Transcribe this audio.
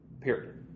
Period